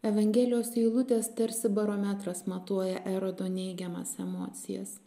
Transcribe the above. evangelijos eilutės tarsi barometras matuoja erodo neigiamas emocijas